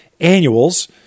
Annuals